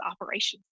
operations